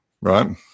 right